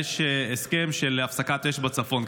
יש הסכם של הפסקת אש בצפון.